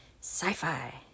Sci-fi